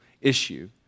issue